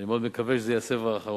ואני מאוד מקווה שזה יהיה הסבב האחרון.